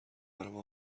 برم